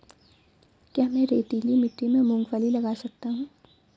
क्या मैं रेतीली मिट्टी में मूँगफली लगा सकता हूँ?